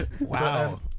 Wow